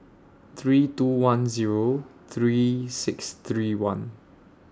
three two one Zero three six three one